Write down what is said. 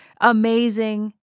amazing